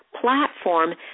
platform